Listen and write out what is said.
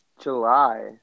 July